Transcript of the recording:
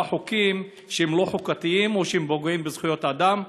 חוקים שהם לא חוקתיים או שהם פוגעים בזכויות אדם.